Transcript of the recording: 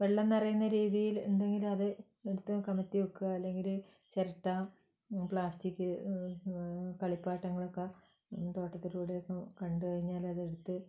വെള്ളം നിറയുന്ന രീതിയിൽ ഉണ്ടെങ്കിലത് എടുത്ത് കമഴ്ത്തിവെയ്ക്കുക അല്ലെങ്കില് ചിരട്ട പ്ലാസ്റ്റിക് കളിപ്പാട്ടങ്ങളൊക്കെ തോട്ടത്തിലൂടെയൊക്കെ കണ്ടുകഴിഞ്ഞാല് അതെടുത്ത്